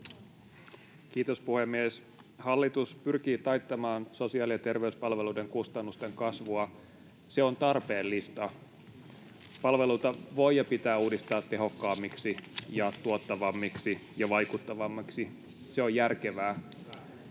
Kiitos, puhemies! Hallitus pyrkii taittamaan sosiaali- ja terveyspalveluiden kustannusten kasvua. Se on tarpeellista. Palveluita voi ja pitää uudistaa tehokkaammiksi ja tuottavammiksi ja vaikuttavammiksi, se on järkevää.